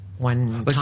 one